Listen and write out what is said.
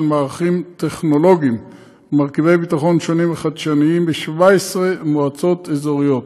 מערכים טכנולוגיים ומרכיבי ביטחון שונים וחדשניים ב-17 מועצות אזוריות,